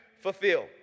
fulfill